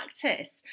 practice